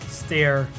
stare